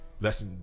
lets